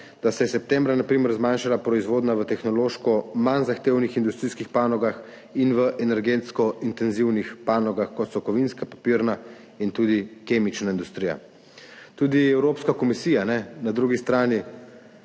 da se je septembra na primer zmanjšala proizvodnja v tehnološko manj zahtevnih industrijskih panogah in v energetsko intenzivnih panogah, kot so kovinska, papirna in tudi kemična industrija. Tudi Evropska komisija na drugi strani